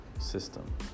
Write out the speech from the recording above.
system